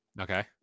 Okay